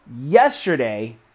yesterday